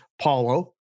paulo